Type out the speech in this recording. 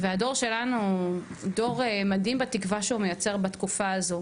והדור שלנו הוא דור מדהים בתקווה שהוא מייצר בתקופה הזו.